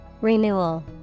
Renewal